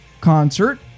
concert